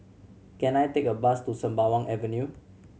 can I take a bus to Sembawang Avenue